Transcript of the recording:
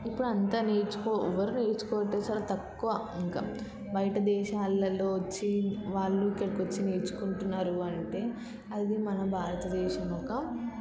ఇప్పుడు అంతా నేర్చుకో ఎవరు నేర్చుకోవట్లేదు చాలా తక్కువ ఇంక బయట దేశాలలో వచ్చి వాళ్ళు ఇక్కడికి వచ్చి నేర్చుకుంటున్నారు అంటే అది మన భారతదేశం యొక్క